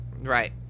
Right